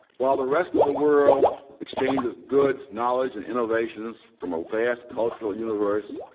while the rest of the world exchanges goods, knowledge, and innovations from a vast cultural universe,